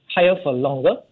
higher-for-longer